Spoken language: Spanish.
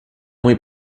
muy